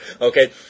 okay